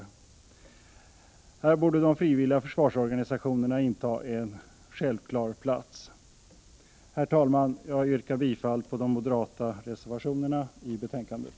Här borde de frivilliga försvarsorganisationerna inta en självklar plats. Herr talman! Jag yrkar bifall till de moderata reservationerna i betänkandet.